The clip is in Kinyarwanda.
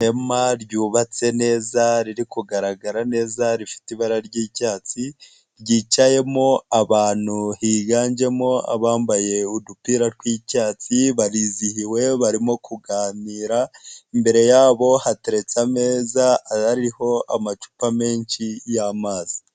Ihema ryubatse neza riri kugaragara neza rifite ibara ry'icyatsi, ryicayemo abantu higanjemo abambaye udupira tw'icyatsi, barizihiwe barimo kuganira, imbere yabo hateretse ameza ayariho amacupa menshi y'amazi.